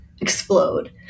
explode